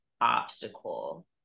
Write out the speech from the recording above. obstacle